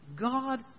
God